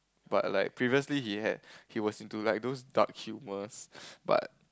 but like previously he had he was into like those dark humours but